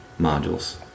modules